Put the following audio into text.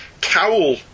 Cowl